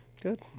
Good